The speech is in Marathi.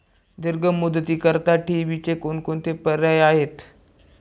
दीर्घ मुदतीकरीता ठेवीचे कोणकोणते पर्याय आहेत?